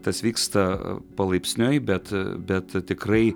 tas vyksta palaipsniui bet bet tikrai